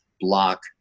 block